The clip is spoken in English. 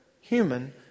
human